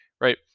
right